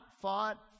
fought